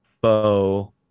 Bo